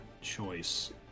choice